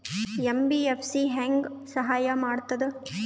MBFC ಹೆಂಗ್ ಸಹಾಯ ಮಾಡ್ತದ?